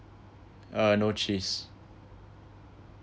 uh no cheese